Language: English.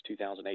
2008